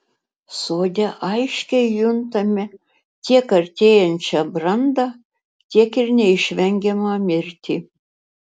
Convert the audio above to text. sode aiškiai juntame tiek artėjančią brandą tiek ir neišvengiamą mirtį